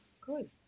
good